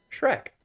Shrek